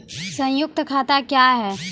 संयुक्त खाता क्या हैं?